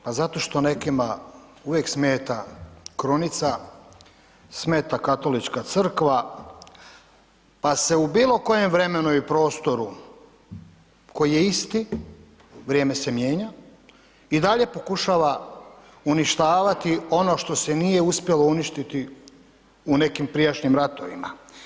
Pa zato što nekima uvijek smeta krunica, smeta Katolička crkva, pa se u bilo kojem vremenu i prostoru koji je isti, vrijeme se mijenja i dalje pokušava uništavati ono što se nije uspjelo uništiti u nekim prijašnjim ratovima.